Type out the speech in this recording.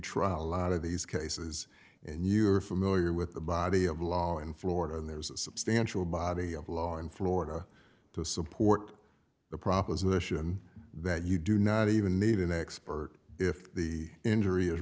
trial a lot of these cases and you're familiar with the body of law in florida and there's a substantial body of law in florida to support the proposition that you do not even need an expert if the injury